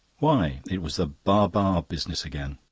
why? it was the baa-baa business again.